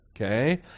okay